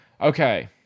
Okay